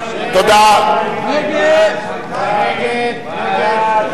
סעיף 12, גמלאות